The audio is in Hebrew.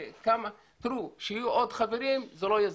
שיהיו עוד חברים זה לא יזיק,